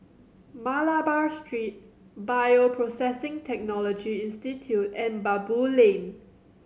Malabar Street Bioprocessing Technology Institute and Baboo Lane